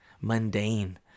mundane